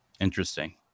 Interesting